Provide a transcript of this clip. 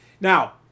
Now